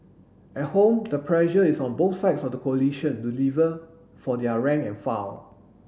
at home the pressure is on both sides of the coalition to deliver for their rank and file